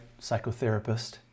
psychotherapist